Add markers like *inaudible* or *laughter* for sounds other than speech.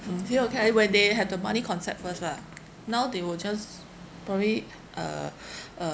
mm here okay uh when they have the money concept first lah now they will just probably uh *breath* uh